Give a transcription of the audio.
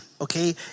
Okay